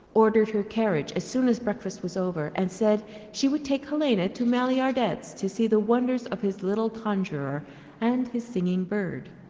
ordered her carriage as soon as breakfast was over, and said she would take helena to maillardet's, to see the wonders of his little conjuror and his singing-bird.